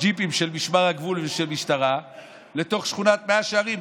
ג'יפים של משמר הגבול ושל משטרה לתוך שכונת מאה שערים,